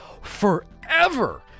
forever